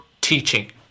teaching